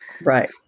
Right